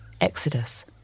Exodus